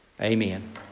amen